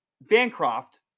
Bancroft